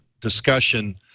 discussion